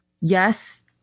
Yes